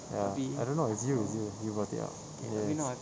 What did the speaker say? ya I don't know it's you it's you you brought it up yes